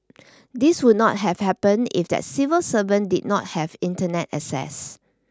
this would not have happened if that civil servant did not have Internet access